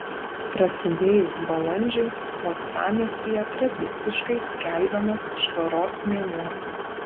prasidėjus balandžiui uostamiestyje tradiciškai skelbiamas švaros mėnuo